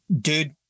Dude